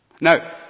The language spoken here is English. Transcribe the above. Now